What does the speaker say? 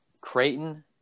Creighton